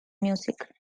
music